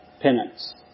Penance